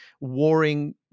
warring